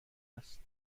است